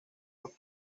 los